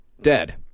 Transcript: dead